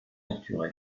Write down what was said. torturé